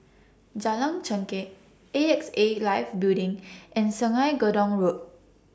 Jalan Chengkek A X A Life Building and Sungei Gedong Road